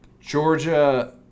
Georgia